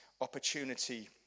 opportunity